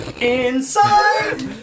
inside